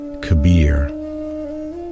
Kabir